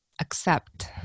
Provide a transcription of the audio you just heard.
accept